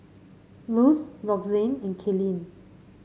Luz Roxanne and Kaelyn